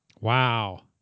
Wow